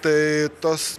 tai tos